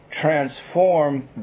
transform